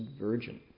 Virgin